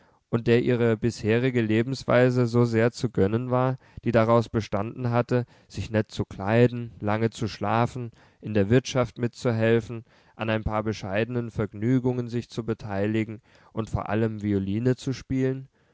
und der ihre bisherige lebensweise so sehr zu gönnen war die daraus bestanden hatte sich nett zu kleiden lange zu schlafen in der wirtschaft mitzuhelfen an ein paar bescheidenen vergnügungen sich zu beteiligen und vor allem violine zu spielen